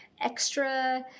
extra